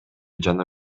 жана